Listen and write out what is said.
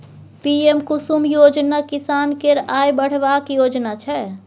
PM Kusum योजना किसान केर आय बढ़ेबाक योजना छै